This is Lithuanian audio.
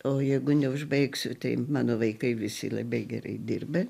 o jeigu neužbaigsiu tai mano vaikai visi labai gerai dirba